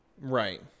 Right